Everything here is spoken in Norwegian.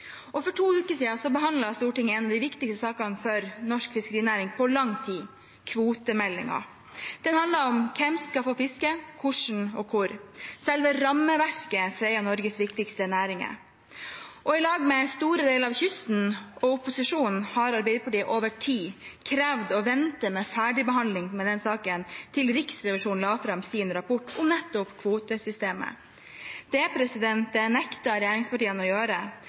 For to uker siden behandlet Stortinget en av de viktigste sakene for norsk fiskerinæring på lang tid: kvotemeldingen. Den handler om hvem som skal få fiske, hvordan og hvor – selve rammeverket for en av Norges viktigste næringer. I lag med store deler av kysten og opposisjonen hadde Arbeiderpartiet over tid krevd at man ventet med å ferdigbehandle den saken til Riksrevisjonen hadde lagt fram sin rapport om kvotesystemet. Det nektet regjeringspartiene å gjøre,